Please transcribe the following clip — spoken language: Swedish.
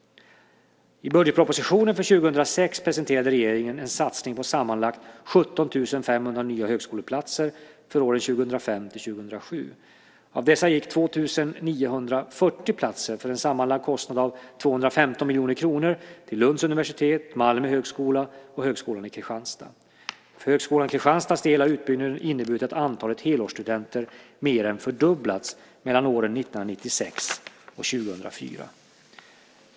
I budgetpropositionen för 2006 presenterade regeringen en satsning på sammanlagt 17 500 nya högskoleplatser för åren 2005-2007. Av dessa gick 2 940 platser, till en sammanlagd kostnad av 215 miljoner kronor, till Lunds universitet, Malmö högskola och Högskolan Kristianstad. För Högskolan Kristianstads del har utbyggnaden inneburit att antalet helårsstudenter mer än fördubblats mellan åren 1996 och 2004.